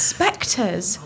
Spectres